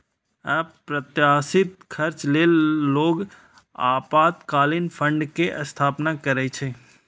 अप्रत्याशित खर्च लेल लोग आपातकालीन फंड के स्थापना करै छै